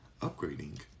upgrading